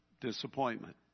disappointment